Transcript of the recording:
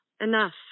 Enough